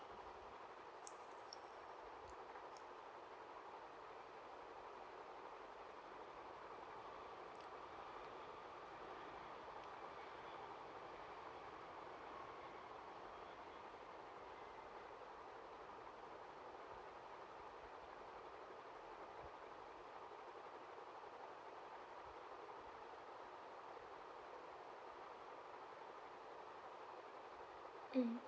mm